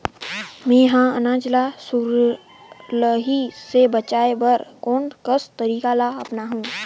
मैं ह अनाज ला सुरही से बचाये बर कोन कस तरीका ला अपनाव?